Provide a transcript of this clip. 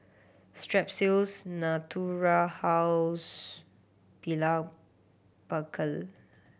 Strepsils Natura House Blephagel